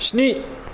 स्नि